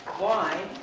why